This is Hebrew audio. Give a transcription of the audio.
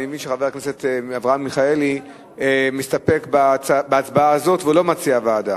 אני מבין שחבר הכנסת אברהם מיכאלי מסתפק בהצבעה הזו ולא מציע ועדה?